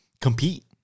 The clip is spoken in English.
compete